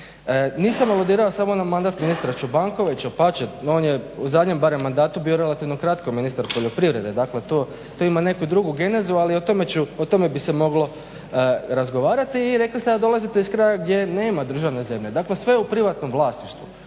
Nisam aludirao samo na mandat ministra Čobankovića, dapače on je u zadnjem barem mandatu bio relativno kratko ministar poljoprivrede, dakle to ima neku drugu genezu ali o tome bi se moglo razgovarati. I rekli ste da dolazite iz kraja gdje nema državne zemlje, dakle sve je u privatnom vlasništvu.